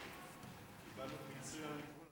לפיכך אני קובעת שהצעת החוק תידון בוועדת הכלכלה.